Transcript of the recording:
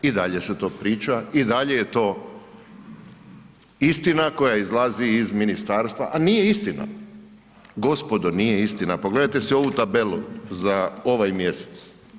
I dalje se to pričam, i dalje je to istina koja izlazi iz ministarstva a nije istina, gospodo, nije istina, pogledajte si ovu tabelu za ovaj mjesec.